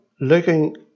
looking